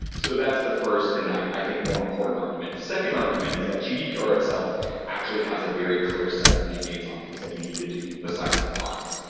so that's the first and i i think more important argument. the second argument is that gdpr itself actually has a very clear set of mandates on things that you need to do besides the fines.